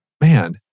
man